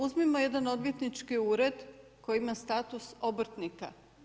Uzmimo jedan odvjetnički ured koji ima status obrtnika.